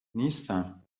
نیستم